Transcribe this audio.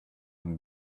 would